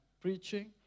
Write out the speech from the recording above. preaching